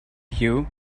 you